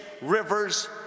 rivers